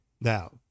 Now